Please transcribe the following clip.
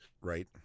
Right